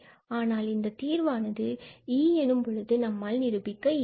ஆனால் இந்த தீர்வானது E எனும் பொழுது நம்மால் நிரூபிக்க இயலும்